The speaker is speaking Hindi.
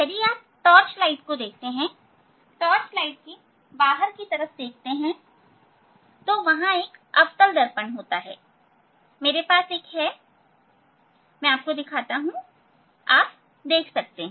यदि आप टॉर्च लाइट को देखते हैं तो आप टॉर्च के बाहर की तरफ देख सकते हैं वहां एक अवतल दर्पण होता है मेरे पास एक है हां मैं दिखाता हूं आप देख सकते हैं